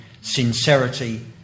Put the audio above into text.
sincerity